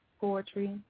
Poetry